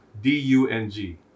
D-U-N-G